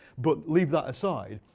but leave that aside.